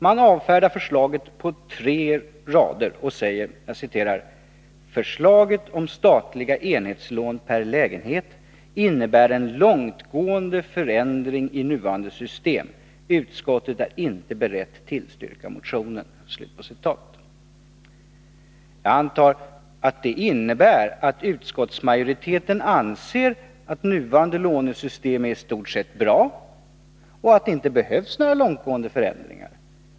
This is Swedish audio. Man avfärdar förslaget på tre rader och säger: ”——-— förslaget om statliga enhetslån per lägenhet innebär en långtgående förändring i nuvarande system. Utskottet är inte berett tillstyrka motionen ——=.” Jag antar att det innebär att utskottsmajoriteten anser att nuvarande lånesystem är i stort sett bra och att det inte behövs några långtgående förändringar.